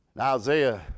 Isaiah